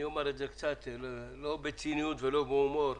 אני אומר לא בציניות ולא בהומור,